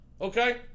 okay